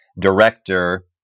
director